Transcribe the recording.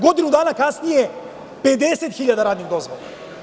Godinu dana kasnije 50.000 radnih dozvola.